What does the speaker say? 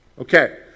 Okay